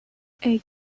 eight